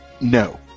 No